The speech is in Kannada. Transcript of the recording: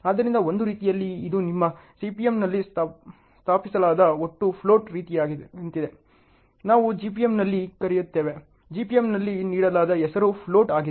ಆದ್ದರಿಂದ ಒಂದು ರೀತಿಯಲ್ಲಿ ಇದು ನಿಮ್ಮ CPMನಲ್ಲಿ ಸ್ಥಾಪಿಸಲಾದ ಒಟ್ಟು ಫ್ಲೋಟ್ ರೀತಿಯಂತಿದೆ ನಾವು GPMನಲ್ಲಿ ಕರೆಯುತ್ತೇವೆ GPMನಲ್ಲಿ ನೀಡಲಾದ ಹೆಸರು ಫ್ಲೋಟ್ ಆಗಿದೆ